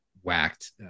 whacked